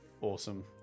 Awesome